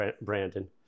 Brandon